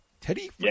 teddy